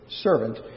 servant